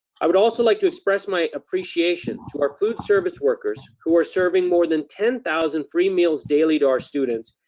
i would also like to express my appreciation to our food service workers, who are serving more than ten thousand free meals daily to our students,